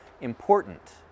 important